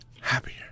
happier